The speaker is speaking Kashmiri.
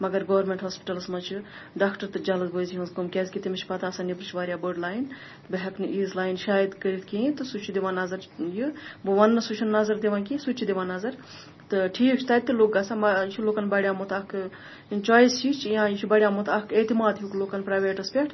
مگر گورمینٹ ہاسپٹَلَس منٛز چھِ ڈآکٹر تہِ جلٕد بٲزی ہِنٛز کٲم کیازِکہِ تِمَن چھِ پَتہ آسان نٮ۪برٕ چھِ واریاہ بٔڑ لاین بہٕ ہٮ۪کہٕ نہٕ ایٖژ لاین شاید کٔرِتھ کِہیٖنۍ تہٕ سُہ چھِ دِوان نظر چھِ یہِ بہٕ وَننہٕ سُہ چھِنہٕ نظر دِوان کِہیٖنۍ سُہ تہِ چھِ دِوان نظر تہٕ ٹھیٖک چھِ تَتہِ تہٕ لُکھ گژھان یہِ چھِ لُکَن بَڑیومُت اَکھ چویِس ہِش یا یہِ چھِ بڑیومُت اَکھ اعتماد ہیُٚکھ لُکَن پرٛیویٹَس پٮ۪ٹھ